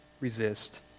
resist